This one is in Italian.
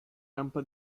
rampa